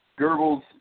Goebbels